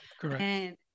Correct